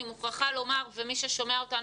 אני מוכרחה לומר ומי ששומע אותנו,